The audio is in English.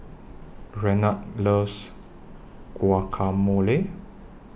Renard loves Guacamole